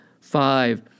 Five